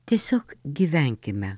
tiesiog gyvenkime